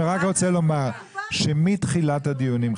אני רק רוצה לומר שמתחילת הדיונים,